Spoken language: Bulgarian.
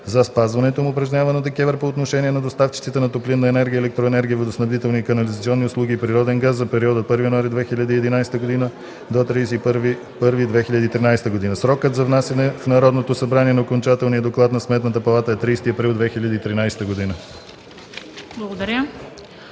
за спазването им, упражняван от ДКЕВР по отношение на доставчиците на: топлинна енергия, електроенергия, водоснабдителни и канализационни услуги и природен газ за периода от 1 януари 2011 г. до 31 януари 2013 г. 2. Срокът за внасяне в Народното събрание на окончателния доклад на Сметната палата е 30 април 2013 г.”